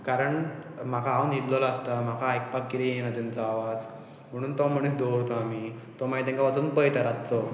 कारण म्हाका हांव न्हिदलेलो आसतां म्हाका आयकपाक कितें येयना तेंचो आवाज म्हणून तो मनीस दवरतो आमी तो मागीर तेंकां वचोन पयता रातचो